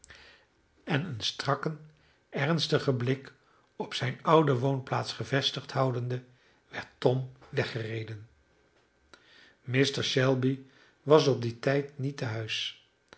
en een strakken ernstigen blik op zijn oude woonplaats gevestigd houdende werd tom weggereden mr shelby was op dien tijd niet tehuis